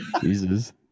jesus